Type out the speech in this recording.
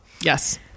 Yes